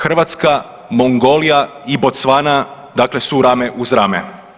Hrvatska, Mongolija i Bocvana, dakle su rame uz rame.